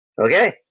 Okay